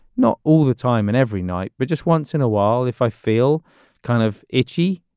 not all the time and every night, but just once in a while, if i feel kind of itchy,